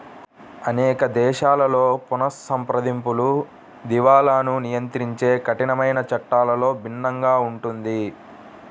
అనేక దేశాలలో పునఃసంప్రదింపులు, దివాలాను నియంత్రించే కఠినమైన చట్టాలలో భిన్నంగా ఉంటుంది